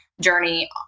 journey